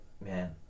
man